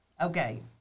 Okay